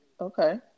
Okay